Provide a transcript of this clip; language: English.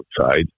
outside